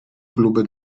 kluby